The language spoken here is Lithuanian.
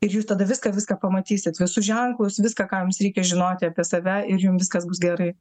ir jūs tada viską viską pamatysit visus ženklus viską ką jums reikia žinoti apie save ir jum viskas bus gerai